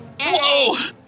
Whoa